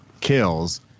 kills